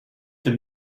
the